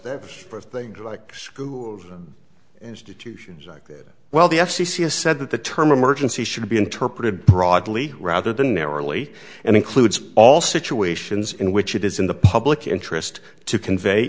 that's for things like school institutions like that well the f c c has said that the term emergency should be interpreted broadly rather than narrowly and includes all situations in which it is in the public interest to convey